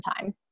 time